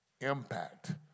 impact